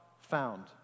found